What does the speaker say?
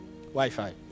Wi-Fi